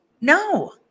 No